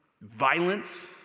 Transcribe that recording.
violence